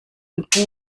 und